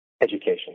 education